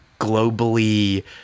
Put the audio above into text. globally